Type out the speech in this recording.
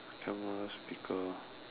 camera speaker